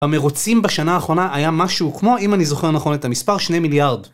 המרוצים בשנה האחרונה היה משהו כמו אם אני זוכר נכון את המספר 2 מיליארד